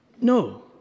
No